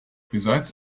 besides